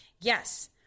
Yes